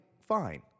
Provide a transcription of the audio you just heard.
fine